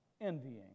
envying